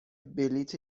بلیط